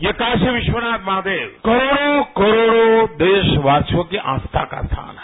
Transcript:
ये कारी विश्वनाथ महादेव करोड़ों करोड़ों देशवासियों की आस्था का स्थान है